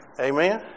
Amen